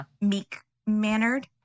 meek-mannered